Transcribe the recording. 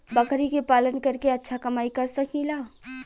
बकरी के पालन करके अच्छा कमाई कर सकीं ला?